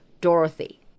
Dorothy